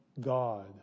God